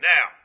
Now